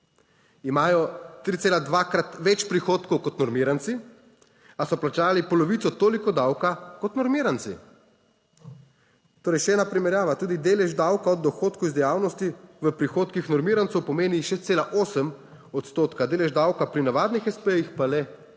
imajo 3,2-krat več prihodkov kot normiranci, a so plačali polovico toliko davka kot normiranci. Torej še ena primerjava: tudi delež davka od dohodkov iz dejavnosti v prihodkih normirancev pomeni 6,8 odstotka, **20. TRAK (VI) 10.35** (Nadaljevanje)